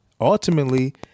Ultimately